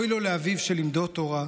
אוי לו לאביו שלימדו תורה,